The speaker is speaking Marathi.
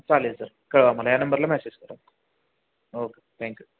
चालेल सर कळवा मला या नंबरला मेसेज करा ओके थँक्यू